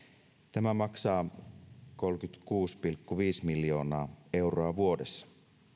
tämä maksaa kolmekymmentäkuusi pilkku viisi miljoonaa euroa vuodessa